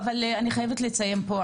אבל אני חייבת לציין פה,